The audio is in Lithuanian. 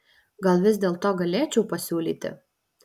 gal vis dėlto galėčiau pasiūlyti